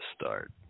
start